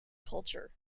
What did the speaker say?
culture